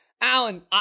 Alan